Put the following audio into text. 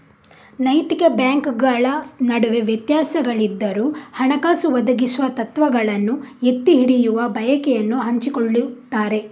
ನೈತಿಕ ಬ್ಯಾಂಕುಗಳ ನಡುವೆ ವ್ಯತ್ಯಾಸಗಳಿದ್ದರೂ, ಹಣಕಾಸು ಒದಗಿಸುವ ತತ್ವಗಳನ್ನು ಎತ್ತಿ ಹಿಡಿಯುವ ಬಯಕೆಯನ್ನು ಹಂಚಿಕೊಳ್ಳುತ್ತಾರೆ